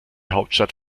hauptstadt